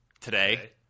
Today